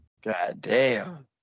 Goddamn